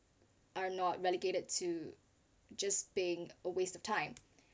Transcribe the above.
are not relegated to just paying a waste of time